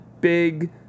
big